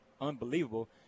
unbelievable